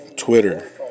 Twitter